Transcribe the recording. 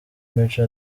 mico